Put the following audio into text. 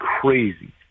crazy